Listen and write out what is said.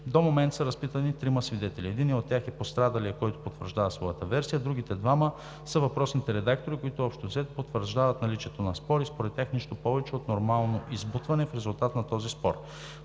До момента са разпитани трима свидетели. Единият от тях е пострадалият, който потвърждава своята версия. Другите двама са въпросните редактори, които общо взето потвърждават наличието на спор и според тях нищо повече от нормално избутване в резултат на този спор.